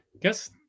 Guess